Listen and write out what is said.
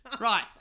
Right